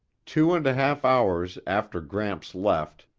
two and a half hours after gramps left,